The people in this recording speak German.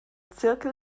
zirkel